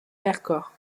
vercors